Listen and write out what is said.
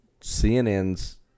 CNN's